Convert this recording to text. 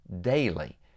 Daily